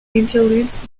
interludes